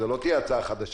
זו לא תהיה הצעה חדשה.